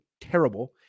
terrible